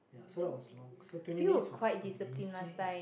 so that was long so twenty minutes was amazing in